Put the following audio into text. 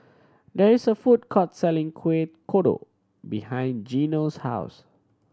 there is a food court selling Kueh Kodok behind Gino's house